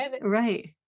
right